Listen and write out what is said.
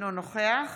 אינו נוכח